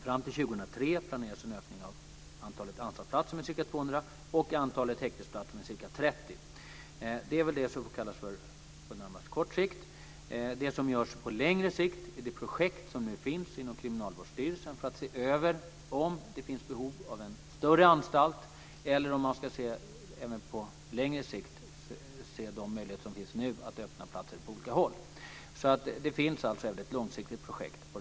Fram till 2003 planeras en ökning av antalet anstaltsplatser med ca 200 och av antalet häktesplatser med ca 30. Det är väl det som sker på kort sikt. På längre sikt har vi det projekt som finns inom Kriminalvårdsstyrelsen för att se om det finns behov av en större anstalt. Vi kan även på längre sikt se över vilka möjligheter det finns att öppna platser på olika håll. Det finns alltså även ett långsiktigt projekt här.